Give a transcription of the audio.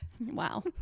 wow